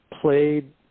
played